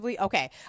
Okay